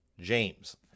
James